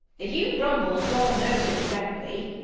if you grumble, dol knows it directly.